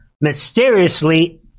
mysteriously